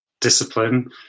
discipline